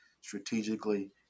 strategically